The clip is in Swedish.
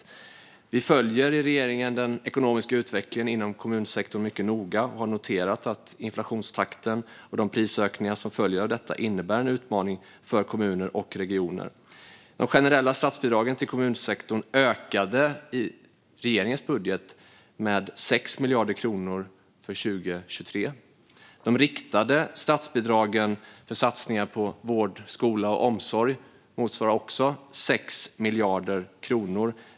Regeringen följer mycket noga den ekonomiska utvecklingen inom kommunsektorn och har noterat att inflationstakten och de prisökningar som följer av den innebär en utmaning för kommuner och regioner. De generella statsbidragen till kommunsektorn ökade i regeringens budget med 6 miljarder kronor för 2023. De riktade statsbidragen för satsningar på vård, skola och omsorg motsvarar också 6 miljarder kronor.